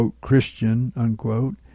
Christian